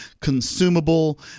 consumable